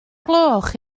gloch